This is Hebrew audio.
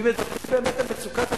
ואם מדברים באמת על מצוקת הדיור,